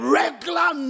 regular